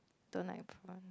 don't like prawn